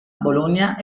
bologna